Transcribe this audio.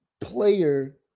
player